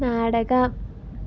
നാടകം